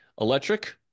electric